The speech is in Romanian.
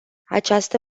această